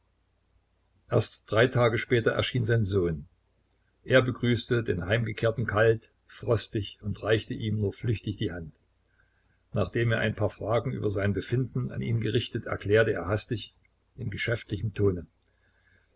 erst drei tage später erschien sein sohn er begrüßte den heimgekehrten kalt frostig und reichte ihm nur flüchtig die hand nachdem er ein paar fragen über sein befinden an ihn gerichtet erklärte er hastig in geschäftlichem tone